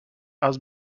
has